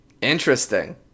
Interesting